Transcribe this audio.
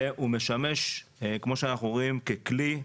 והוא משמש, כמו שאנחנו רואים, ככלי,